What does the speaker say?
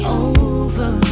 over